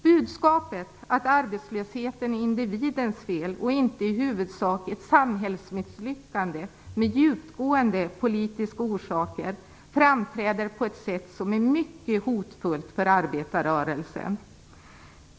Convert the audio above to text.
Budskapet att arbetslösheten är individens fel och inte i huvudsak ett samhällsmisslyckande med djupgående politiska orsaker framträder på ett sätt som är mycket hotfullt för arbetslösheten.